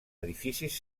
edificis